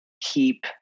keep